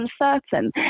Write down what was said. uncertain